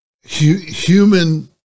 human